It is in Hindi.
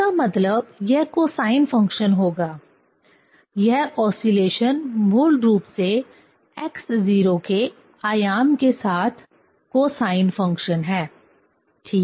इसका मतलब यह कोसाइन फ़ंक्शन होगा यह ओसीलेशन मूल रूप से x0 के आयाम के साथ कोसाइन फ़ंक्शन है ठीक है